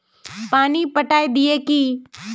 पानी पटाय दिये की?